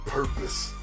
Purpose